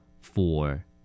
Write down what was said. Four